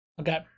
Okay